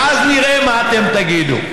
ואז נראה מה אתם תגידו.